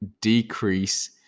decrease